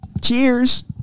Cheers